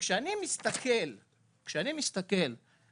וכשאני מסתכל בדוחות